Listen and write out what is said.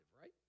right